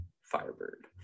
Firebird